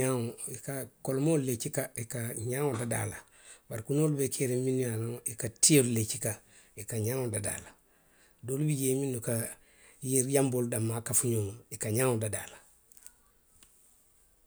i ka kolomoolu le cika i ka ňeŋo dadaa a la. Bari kunoolu le be keeriŋ minnu ye a loŋ i ka tiolu le cika i ka ňeŋo dadaa a la. Doolu bi jee minnu ka yiri janboolu danmaŋ kafuxonma i ka ňeŋo dadaa a la.